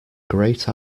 great